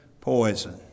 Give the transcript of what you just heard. poison